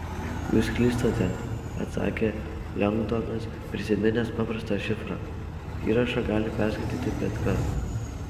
jūs klystate atšovė lengdonas prisiminęs paprastą šifrą įrašą gali perskaityti bet kas